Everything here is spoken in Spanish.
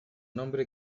nombre